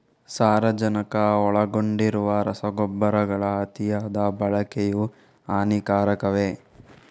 ಸಾರಜನಕ ಒಳಗೊಂಡಿರುವ ರಸಗೊಬ್ಬರಗಳ ಅತಿಯಾದ ಬಳಕೆಯು ಹಾನಿಕಾರಕವೇ?